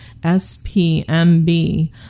SPMB